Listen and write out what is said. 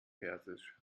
persisch